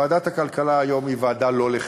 ועדת הכלכלה היום היא ועדה לא לחיצה.